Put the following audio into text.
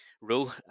rule